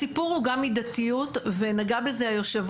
הסיפור הוא גם מידתיות ונגע בזה היושב